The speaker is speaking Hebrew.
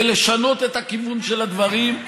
ולשנות את הכיוון של הדברים,